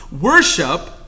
worship